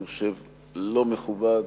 אני חושב, לא מכובד,